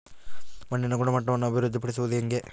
ಮಣ್ಣಿನ ಗುಣಮಟ್ಟವನ್ನು ಅಭಿವೃದ್ಧಿ ಪಡಿಸದು ಹೆಂಗೆ?